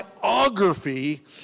biography